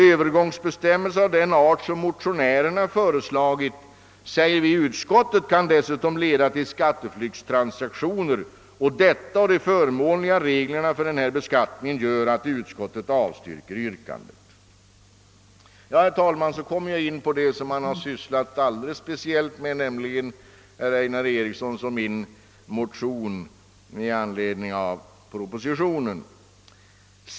Övergångsbestämmelser av den art som motionärerna föreslagit, skriver utskottet, kan dessutom leda till skatteflyktstransaktioner. På grund härav och med hänvisning till de förmånliga reglerna för denna beskattning avstyrker utskottet yrkandet. Sedan kommer jag in på vad man har sysslat alldeles speciellt med, nämligen herr Einar Erikssons och min motion i anledning av propositionen.